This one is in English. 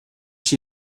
she